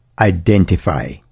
identify